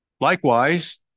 Likewise